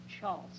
Charles